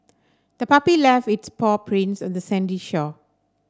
the puppy left its paw prints on the sandy shore